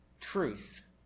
truth